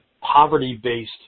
poverty-based